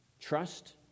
Trust